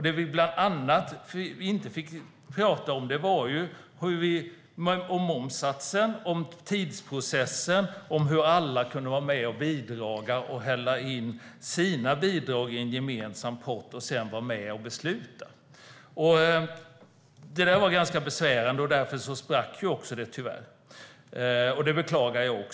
Det vi bland annat inte fick prata om var momssatsen, tidsprocessen och hur alla kunde vara med och bidra i en gemensam pott och sedan vara med och fatta beslut. Det var besvärande, och därför sprack samtalen. Det beklagar även jag.